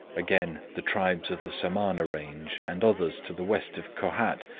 again, the tribes of the samana range, and others to the west of kohat,